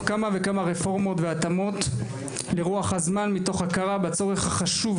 כמה וכמה רפורמות והתאמות לרוח הזמן מתוך הכרה בצורך החשוב